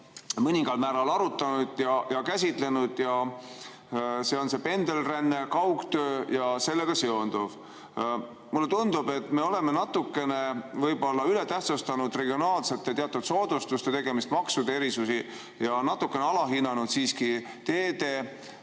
mõningal määral arutanud ja käsitlenud, see on pendelränne, kaugtöö ja sellega seonduv. Mulle tundub, et me oleme natukene võib-olla üle tähtsustanud teatud regionaalsete soodustuste tegemist, maksude erisusi jms, ning natukene alahinnanud siiski hea